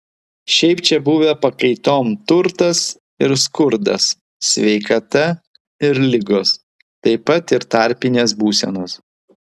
šiaip čia buvę pakaitom turtas ir skurdas sveikata ir ligos taip pat ir tarpinės būsenos